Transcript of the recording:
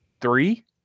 three